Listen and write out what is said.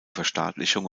verstaatlichung